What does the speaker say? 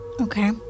Okay